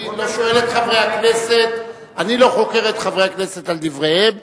אני לא חוקר את חברי הכנסת על דבריהם,